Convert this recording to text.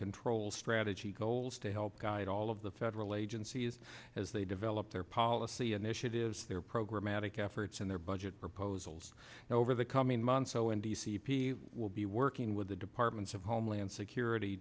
control strategy goals to help guide all of the federal agencies as they develop their policy initiatives their programatic efforts and their budget proposals over the coming months so in d c p will be working with the departments of homeland security